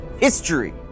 history